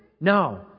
No